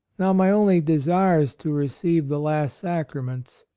now my only desire is to receive the last sacraments,